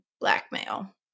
blackmail